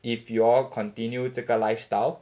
if you all continue 这个 lifestyle